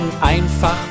Einfach